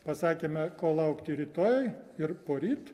pasakėme ko laukti rytoj ir poryt